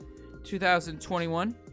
2021